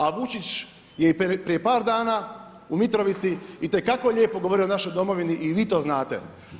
A Vučić je i prije par dana u Mitrovici itekako lijepo govorio o našoj domovini i vi to znate.